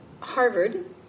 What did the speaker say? Harvard